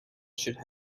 should